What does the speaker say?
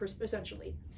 essentially